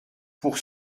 pour